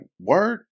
word